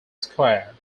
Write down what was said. square